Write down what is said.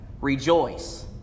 rejoice